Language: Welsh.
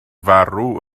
farw